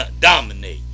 dominate